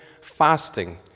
fasting